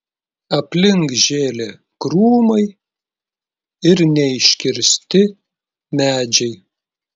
aplink žėlė krūmai ir neiškirsti medžiai